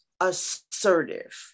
assertive